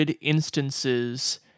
instances